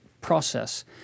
process